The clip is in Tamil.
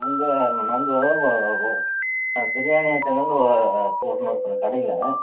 உங்கள் நாங்கள் பிரியாணி ஐட்டங்கள் போடணும் இப்போ நான் கடையில்